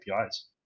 APIs